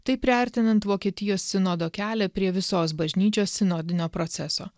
taip priartinant vokietijos sinodo kelią prie visos bažnyčios sinodinio proceso